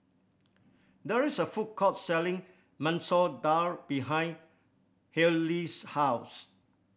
there is a food court selling Masoor Dal behind Hailie's house